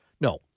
No